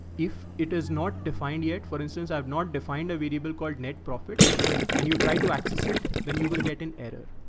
if it is not defined yet, for instance, i've not defined a variable called net profit and you try to access it, then you will get an error.